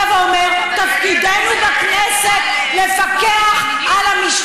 לפגוע, לפגוע בחקירה,